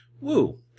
Woo